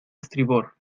estribor